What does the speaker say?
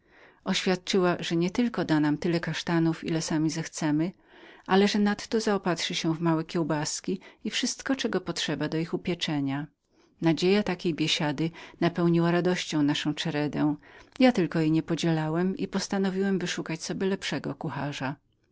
oświadczyła że nie tylko da nam tyle kasztanów ile sami zechcemy ale że nadto zaopatrzy się w małe kiełbaski i wszystko czego potrzeba do smażenia nadzieja takiej biesiady ogarnęła radością naszą czeredę ja tylko jej nie podzielałem i postanowiłem wyszukać sobie lepszego kucharza